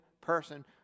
person